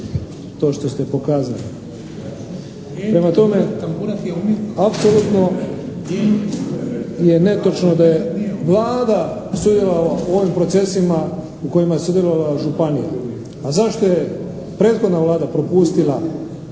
Prema tome, apsolutno je netočno da je Vlada sudjelovala u ovim procesima u kojima je sudjelovala županija. A zašto je prethodna Vlada propustila